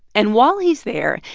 and while he's there,